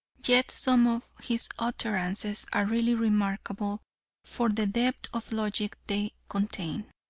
yet some of his utterances are really remarkable for the depth of logic they contain.